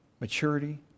maturity